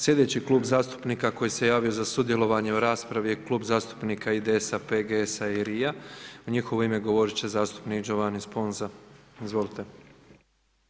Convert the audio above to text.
Slijedeći klub zastupnika koji se javio za sudjelovanje u raspravi je Klub zastupnika IDS-a, PGS-a i LRI-a, u njihovo ime govorit će zastupnik Giovanni Sponza, izvolite.